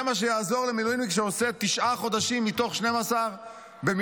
זה מה שיעזור למילואימניק שעושה תשעה חודשים מתוך 12 במילואים?